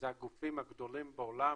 זה הגופים הגדולים בעולם,